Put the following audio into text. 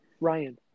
Ryan